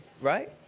right